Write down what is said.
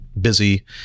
busy